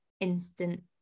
instant